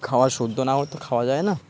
খাবার শুদ্ধ না হলে তো খাওয়া যায় না